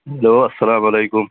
hello اَسَلامَ علیکُم